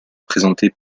présentés